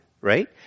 right